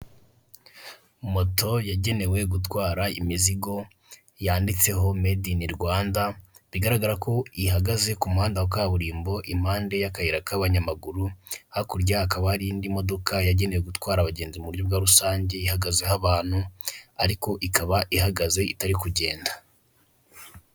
Moto yagenewe gutwara imizigo yanditseho medi ini Rwanda (made in Rwanda) bigaragara ko ihagaze ku muhanda wa kaburimbo, impande y'akayira k'abanyamaguru, hakurya hakaba hari indi modoka yagenewe gutwara abagenzi mu buryo bwa rusange ihagazeho abantu ariko ikaba ihagaze itari kugenda.